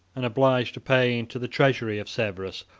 and obliged to pay, into the treasury of severus,